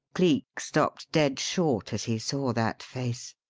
cleek stopped dead short as he saw that face,